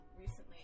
recently